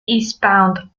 eastbound